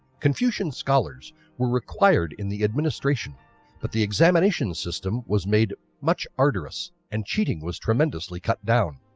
confucian scholars were required in the administration but the examination system was made much arduous and cheating was tremendously cut down.